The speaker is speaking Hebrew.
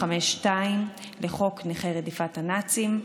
ו-25(2) לחוק נכי רדיפות הנאצים,